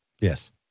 Yes